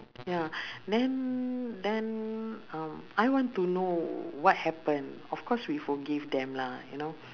ya then then um I want to know what happen of course we forgive them lah you know